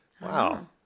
Wow